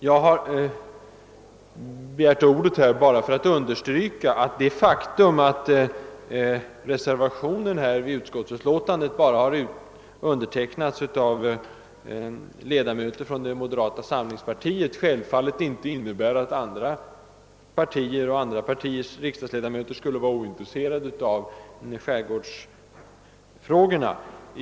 Jag har begärt ordet bara för att understryka, att det faktum, att reservationen avgivits endast av ledamöter från moderata samlingspartiet, självfallet inte innebär att andra partier och andra partiers riksdagsledamöter skulle vara ointresserade av skärgårdsfrågorna.